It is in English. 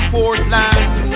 Portland